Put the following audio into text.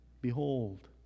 Behold